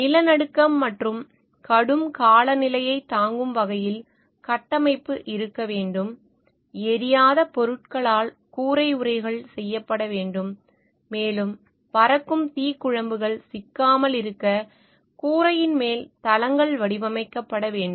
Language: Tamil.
நிலநடுக்கம் மற்றும் கடும் காலநிலையைத் தாங்கும் வகையில் கட்டமைப்பு இருக்க வேண்டும் எரியாத பொருட்களால் கூரை உறைகள் செய்யப்பட வேண்டும் மேலும் பறக்கும் தீக்குழம்புகள் சிக்காமல் இருக்க கூரையின் மேல்தளங்கள் வடிவமைக்கப்பட வேண்டும்